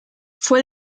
fue